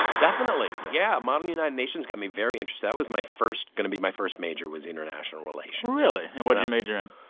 definitely, yeah. model united nations got me very interested. that was my first going to be my first major was international relations really? and what'd you major in?